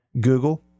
Google